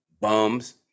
Bums